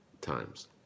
times